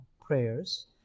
prayers